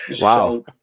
Wow